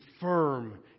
firm